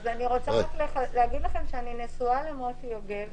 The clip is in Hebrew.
אז אני רוצה להגיד לכם שאני נשואה למוטי יוגב,